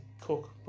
cook